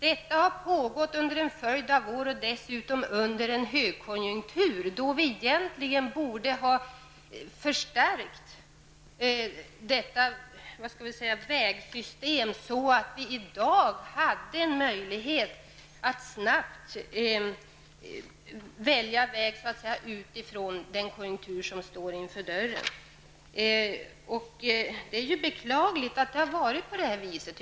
Detta har pågått under en följd av år och dessutom under en högkonjunktur, då vi egentligen borde ha förstärkt ''vägsystemet'', så att vi i dag hade en möjlighet att snabbt välja väg utifrån den konjunktur som står för dörren. Det är ju beklagligt att det har varit på det här viset.